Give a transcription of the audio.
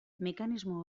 mekanismo